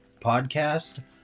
podcast